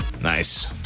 nice